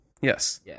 Yes